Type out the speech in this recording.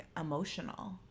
emotional